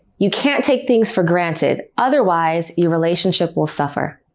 you can't take things for granted, otherwise your relationship will suffer.